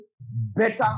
better